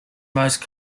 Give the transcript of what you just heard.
most